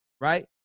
right